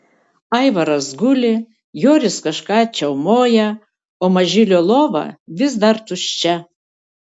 aivaras guli joris kažką čiaumoja o mažylio lova vis dar tuščia